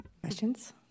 Questions